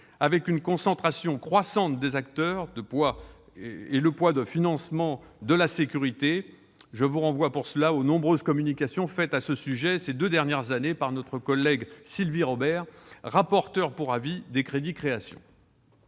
à une concentration croissante des acteurs et au poids du financement de la sécurité. Je vous renvoie aux nombreuses communications faites à ce sujet, ces deux dernières années, par notre collègue Sylvie Robert, rapporteur pour avis des crédits du